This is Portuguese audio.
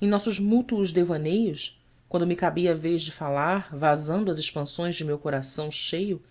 em nossos mútuos devaneios quando me cabia a vez de falar vazando as expansões de meu coração cheio